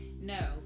No